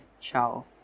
Ciao